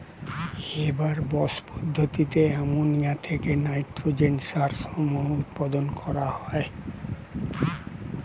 Haber Bosch পদ্ধতিতে ammonia থেকে nitrogen সার সমূহ উৎপন্ন করা হয়